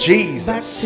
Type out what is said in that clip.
Jesus